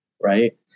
right